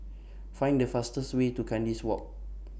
Find The fastest Way to Kandis Walk